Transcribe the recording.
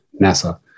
NASA